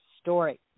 story